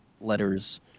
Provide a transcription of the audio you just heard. letters